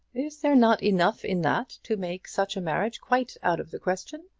is there not enough in that to make such a marriage quite out of the question?